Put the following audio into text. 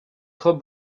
trop